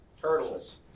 Turtles